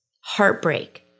Heartbreak